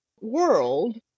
world